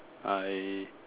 I